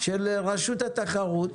של רשות התחרות